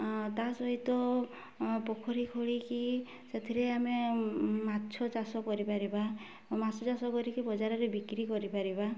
ତା ସହିତ ପୋଖରୀ ଖୋଳିକି ସେଥିରେ ଆମେ ମାଛ ଚାଷ କରିପାରିବା ମାଛ ଚାଷ କରିକି ବଜାରରେ ବିକ୍ରି କରିପାରିବା